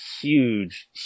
huge